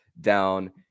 down